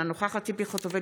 אינה נוכחת סעיד אלחרומי,